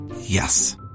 Yes